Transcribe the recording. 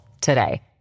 today